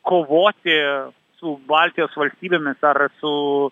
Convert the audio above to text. kovoti su baltijos valstybėmis ar su